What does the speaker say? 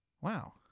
Wow